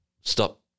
stop